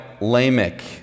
Lamech